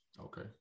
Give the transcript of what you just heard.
okay